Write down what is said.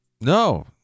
No